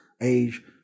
age